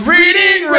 Reading